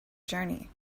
journey